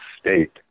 state